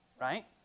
Right